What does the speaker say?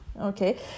Okay